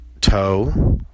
toe